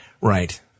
Right